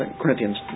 Corinthians